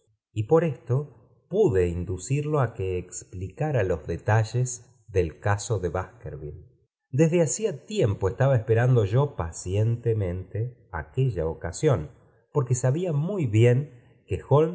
y por esto pudo inducirlo á que explicara los detalles del caso do liíiskerville desde hacía tiempo estaba esperando yo pacientemente aquella ocasión porque sabía muy bien que